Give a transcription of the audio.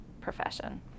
profession